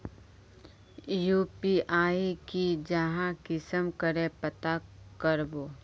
UPI की जाहा कुंसम करे पता करबो?